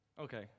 Okay